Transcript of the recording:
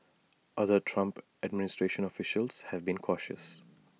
other Trump administration officials have been cautious